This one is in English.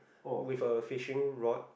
with a fishing rod